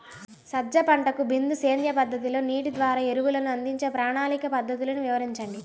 సజ్జ పంటకు బిందు సేద్య పద్ధతిలో నీటి ద్వారా ఎరువులను అందించే ప్రణాళిక పద్ధతులు వివరించండి?